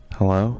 Hello